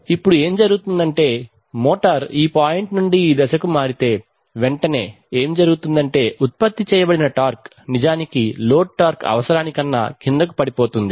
ఇప్పుడు ఏమి జరుగుతుందంటే మోటారు ఈ పాయింట్ నుండి ఈ దశకు మారితే వెంటనే ఏమి జరుగుతుందంటే ఉత్పత్తి చేయబడిన టార్క్ నిజానికి లోడ్ టార్క్ అవసరానికన్నా కిందకు పడిపోతుంది